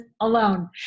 alone